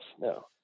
No